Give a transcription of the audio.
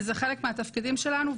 וזה חלק מהתפקידים שלנו,